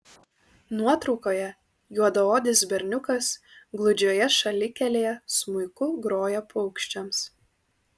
nuotraukoje juodaodis berniukas gludžioje šalikelėje smuiku groja paukščiams